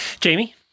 Jamie